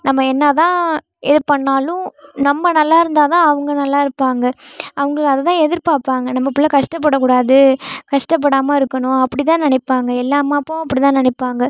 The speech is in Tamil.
நம்ம என்ன தான் இது பண்ணாலும் நம்ம நல்லா இருந்தால் தான் அவங்க நல்லா இருப்பாங்க அவங்களும் அது தான் எதிர் பார்ப்பாங்க நம்ம பிள்ள கஷ்டப்படக்கூடாது கஷ்டப்படாமல் இருக்கணும் அப்படி தான் நினைப்பாங்க எல்லா அம்மா அப்பாவும் அப்படி தான் நினைப்பாங்க